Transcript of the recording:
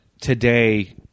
today